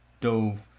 dove